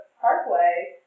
parkway